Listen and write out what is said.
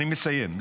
אני מסיים,